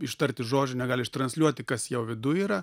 ištarti žodžio negali ištransliuoti kas jo viduj yra